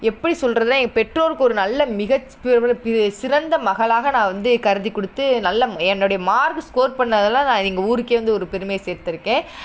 எப்படி சொல்கிறதுனா என் பெற்றோருக்கு ஒரு நல்ல மிகச் சிறந்த மகளாக நான் வந்து கருதிக்கொடுத்து நல்ல என்னுடைய மார்க் ஸ்கோர் பண்ணதால் நான் எங்கள் ஊருக்கே வந்து ஒரு பெருமையை சேர்த்திருக்கேன்